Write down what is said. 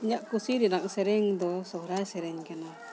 ᱤᱧᱟᱹᱜ ᱠᱩᱥᱤ ᱨᱮᱱᱟᱜ ᱥᱮᱨᱮᱧ ᱫᱚ ᱥᱚᱦᱨᱟᱭ ᱥᱮᱨᱮᱧ ᱠᱟᱱᱟ